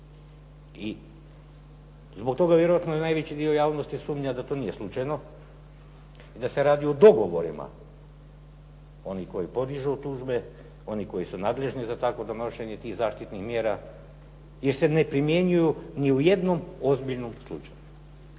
I zbog toga vjerojatno najveći dio javnosti sumnja da to nije slučajno i da se radi o dogovorima onih koji podižu tužbe, oni koji su nadležni za takvo donošenje tih zaštitnih mjera, jer se ne primjenjuju u nijednom ozbiljnom slučaju.